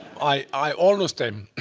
i almost am.